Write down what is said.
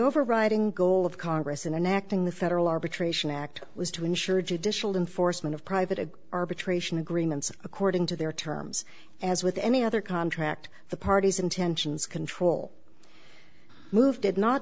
overriding goal of congress in an acting the federal arbitration act was to ensure judicial enforcement of private arbitration agreements according to their terms as with any other contract the parties intentions control move did not